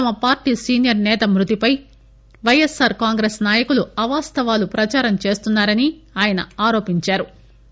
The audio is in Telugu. తమ పార్టీ సీనియర్ సేత మృతిపై వైఎస్పార్ కాంగ్రెస్ నాయకులు అవాస్తవాలు ప్రదారం చేస్తున్నా రని ఆయన ఆరోపించారు